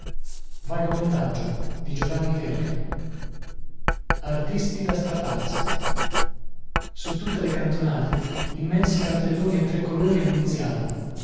stato riletto e controllato artisti da strapazzo su tutte le cantonate immensi cartelloni a tre colori annunziavano